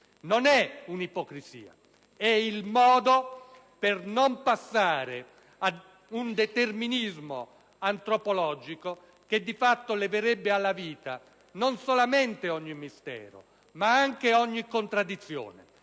Non è una ipocrisia. È il modo per non passare ad un determinismo antropologico che, di fatto, leverebbe alla vita non soltanto ogni mistero ma anche ogni contraddizione.